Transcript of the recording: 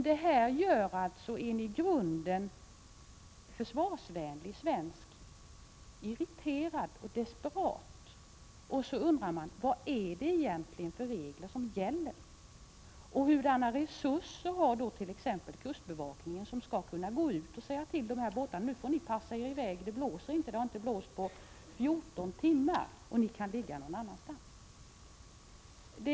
Detta gör en i grunden försvarsvänlig svensk irriterad och desperat. Man undrar: Vad är det egentligen för regler som gäller och hurdana resurser har kustbevakningen? Kustbevakningen skall ju kunna gå ut och säga ifrån till båtarna: Nu får ni passa er i väg! Det blåser inte, det har inte blåst på 14 timmar. Ni kan ligga någon annanstans.